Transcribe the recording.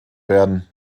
werden